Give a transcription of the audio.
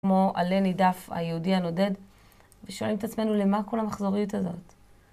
כמו עלה נידף היהודי הנודד, ושואלים את עצמנו למה כל המחזוריות הזאת.